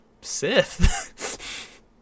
Sith